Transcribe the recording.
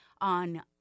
on